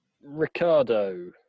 Ricardo